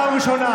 דרום תל אביב,